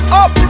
up